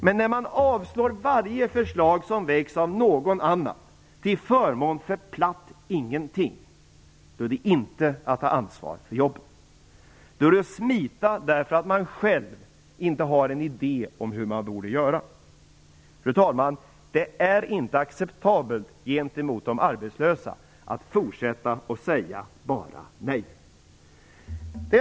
Men när man avslår varje förslag som läggs av någon annan till förmån för platt ingenting är det inte att ta ansvar för jobben. I stället är det att smita, därför att man själv inte har någon idé om hur man borde göra. Fru talman, det är inte acceptabelt gentemot de arbetslösa att bara fortsätta att säga nej.